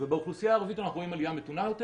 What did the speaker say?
ובאוכלוסייה הערבית אנחנו רואים עלייה מתונה יותר